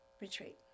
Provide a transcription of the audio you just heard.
retreat